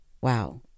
wow